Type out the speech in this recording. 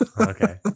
Okay